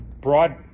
broad